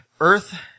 Earth